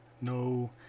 no